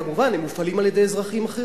כמובן, הם מופעלים על-ידי אזרחים אחרים,